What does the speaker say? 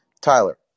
Tyler